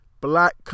Black